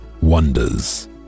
wonders